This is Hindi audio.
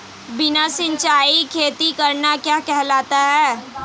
बिना सिंचाई खेती करना क्या कहलाता है?